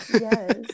Yes